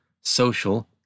social